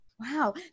Wow